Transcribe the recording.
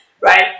right